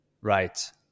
Right